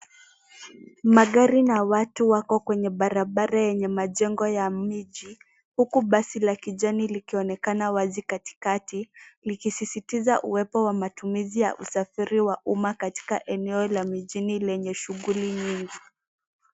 Magari na watu wako kwenye barabara yenye majengo ya miji, huku basi la kijani likionekana wazi katikati likisititiza uwepo wa matumizi ya usafiri wa umma katika eneo la mijini lenye shughuli nyingi.